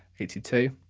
eighty two,